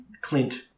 Clint